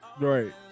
right